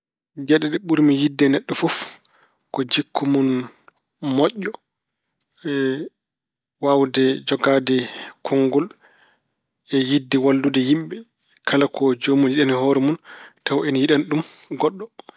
Geɗe ɗe ɓurmi yiɗde e neɗɗo fof ko jikku mun moƴƴo e waawde jogaade konngol e yiɗde wallude yimɓe. Kala ko joomun yiɗani hoore mun tawa ina yiɗani ɗum goɗɗo.